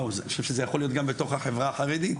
אני חושב שזה יכול להיות גם בתוך החברה החרדית,